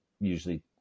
usually